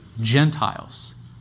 Gentiles